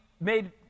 made